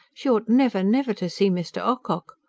she ought never, never to see mr. ocock.